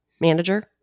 manager